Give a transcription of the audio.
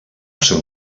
seu